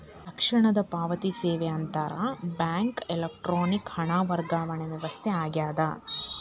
ತಕ್ಷಣದ ಪಾವತಿ ಸೇವೆ ಅಂತರ್ ಬ್ಯಾಂಕ್ ಎಲೆಕ್ಟ್ರಾನಿಕ್ ಹಣ ವರ್ಗಾವಣೆ ವ್ಯವಸ್ಥೆ ಆಗ್ಯದ